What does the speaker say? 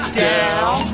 down